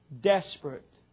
desperate